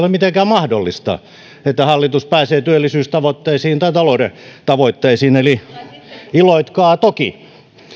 ole mitenkään mahdollista että hallitus pääsee työllisyystavoitteisiin tai talouden tavoitteisiin eli iloitkaa toki